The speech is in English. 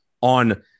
on